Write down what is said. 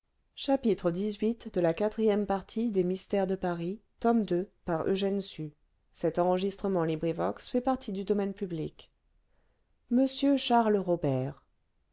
de m charles robert